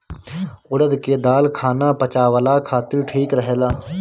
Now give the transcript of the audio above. उड़द के दाल खाना पचावला खातिर ठीक रहेला